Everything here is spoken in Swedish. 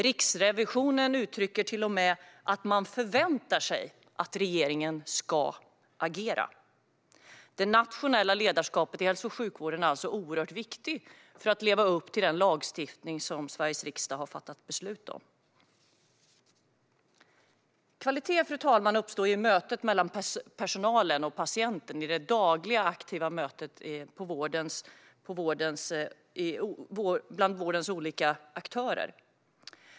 Riksrevisionen uttrycker till och med att man förväntar sig att regeringen ska agera. Det nationella ledarskapet i hälso och sjukvården är alltså oerhört viktigt för att man ska leva upp till den lagstiftning som Sveriges riksdag har fattat beslut om. Fru talman! Kvalitet uppstår mellan personalen och patienten i det dagliga aktiva mötet bland vårdens olika aktörer.